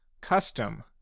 custom